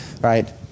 right